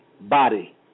body